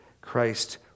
Christ